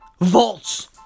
Vaults